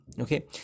Okay